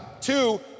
Two